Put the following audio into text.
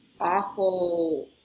awful